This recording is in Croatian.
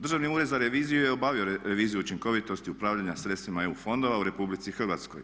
Državni ured za reviziju je obavio reviziju učinkovitosti upravljanja sredstvima EU fondova u RH.